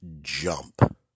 jump